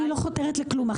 אני לא חותרת לכלום.